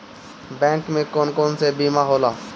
Bank में कौन कौन से बीमा होला?